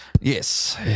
Yes